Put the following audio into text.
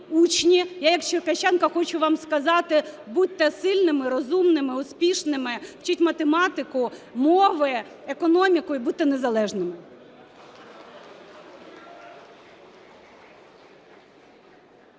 я як черкащанка хочу вам сказати: будьте сильними, розумними, успішними, вчіть математику, мови, економіку і будьте незалежними.